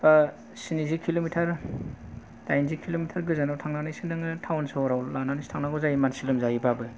स्निजि किल'मिटार दाइनजि किल'मिटार गोजानाव थांनानैसो नोङो टाउन सहर लानानैसो थांनागौ जायो मानसि लांनांगौब्लाबो